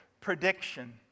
prediction